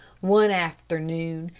one afternoon,